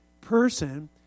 person